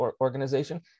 organization